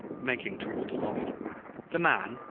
making toward the lobby the man,